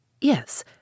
Yes